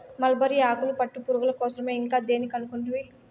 mulberry ఆకులు పట్టుపురుగుల కోసరమే ఇంకా దేని కనుకుంటివి